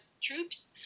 troops